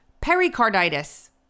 Pericarditis